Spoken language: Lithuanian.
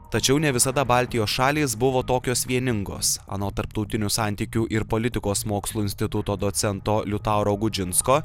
tačiau ne visada baltijos šalys buvo tokios vieningos anot tarptautinių santykių ir politikos mokslų instituto docento liutauro gudžinsko